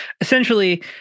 essentially